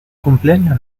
cumpleaños